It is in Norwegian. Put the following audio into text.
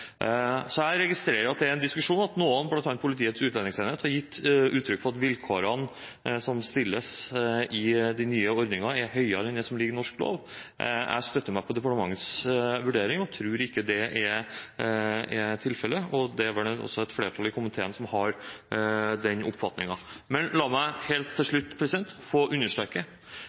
Jeg registrerer at det er en diskusjon der bl.a. Politiets utlendingsenhet har gitt uttrykk for at vilkårene som stilles i den nye ordningen, er strengere enn det som ligger i norsk lov. Jeg støtter meg på departementets vurdering og tror ikke det er tilfellet. Det er vel også et flertall i komiteen som har den oppfatningen. La meg helt til slutt få understreke,